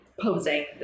posing